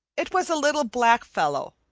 it was a little black fellow,